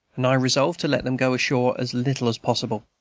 and i resolved to let them go ashore as little as possible.